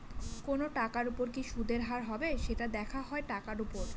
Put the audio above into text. কোনো টাকার উপর কি সুদের হার হবে, সেটা দেখা হয় টাকার উপর